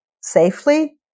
safely